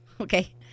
okay